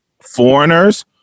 foreigners